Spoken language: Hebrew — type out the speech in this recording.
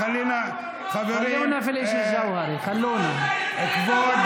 חברים, ג'מעה, כבוד